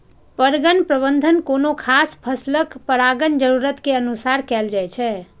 परगण प्रबंधन कोनो खास फसलक परागण जरूरत के अनुसार कैल जाइ छै